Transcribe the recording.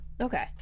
Okay